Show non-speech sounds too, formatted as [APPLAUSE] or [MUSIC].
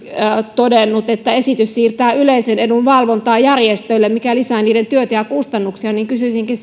todennut että esitys siirtää yleisen edun valvontaa järjestöille mikä lisää niiden työtä ja kustannuksia kysyisinkin [UNINTELLIGIBLE]